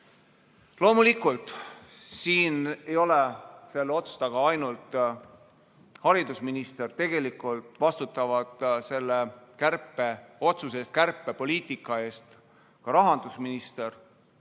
Loomulikult ei ole selle otsuse taga ainult haridusminister. Tegelikult vastutavad selle kärpeotsuse eest, kärpepoliitika eest ka rahandusminister,